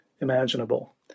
imaginable